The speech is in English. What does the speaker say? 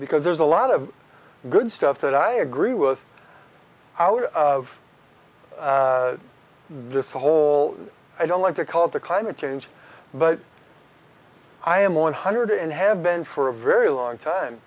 because there's a lot of good stuff that i agree with out of this whole i don't want to call the climate change but i am one hundred and have been for a very long time